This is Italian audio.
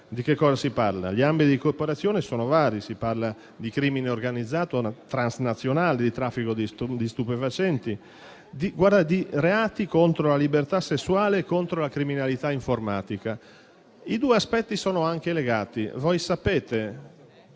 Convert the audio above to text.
Di che cosa si parla? Gli ambiti di cooperazione sono vari. Si parla di crimine organizzato transnazionale, di traffico di stupefacenti, di reati contro la libertà sessuale e contro la criminalità informatica. I due aspetti sono anche legati. Voi sapete,